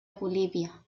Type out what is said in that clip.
bolívia